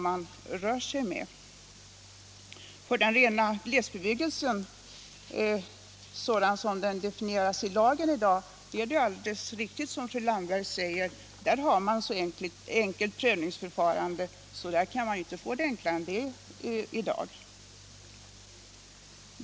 För den rena glesbebyggelsen sådan den definieras i lagen är det, som fru Landberg sade, ett så enkelt prövningsförfarande att det inte kan bli enklare.